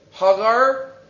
Hagar